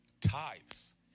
tithes